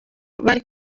bari